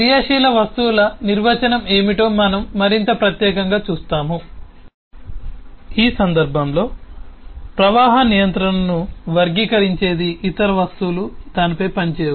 క్రియాశీల వస్తువుల నిర్వచనం ఏమిటో మనం మరింత ప్రత్యేకంగా చూస్తాము ఈ సందర్భంలో ప్రవాహ నియంత్రణను వర్గీకరించేది ఇతర వస్తువులు దానిపై పనిచేయవు